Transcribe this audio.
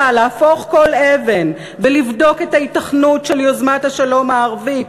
להפוך כל אבן ולבדוק את ההיתכנות של יוזמת השלום הערבית.